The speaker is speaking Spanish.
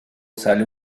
sale